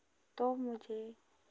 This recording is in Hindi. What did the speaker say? तो मुझे